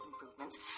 improvements